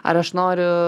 ar aš noriu